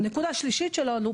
נקודה שלישית שלא העלו,